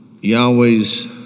Yahweh's